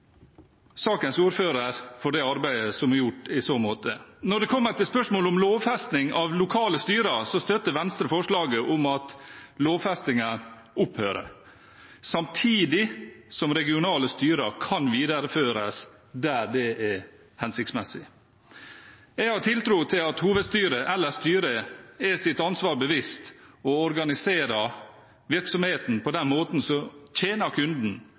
sakens ordfører for det arbeidet som er gjort i så måte. Når det kommer til spørsmålet om lovfesting av lokale styrer, støtter Venstre forslaget om at lovfestingen opphører, samtidig som regionale styrer kan videreføres der det er hensiktsmessig. Jeg har tiltro til at hovedstyret eller styret er seg sitt ansvar bevisst og organiserer virksomheten på den måten som tjener